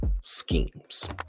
schemes